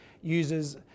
users